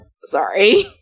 sorry